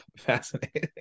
fascinating